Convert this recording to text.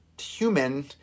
human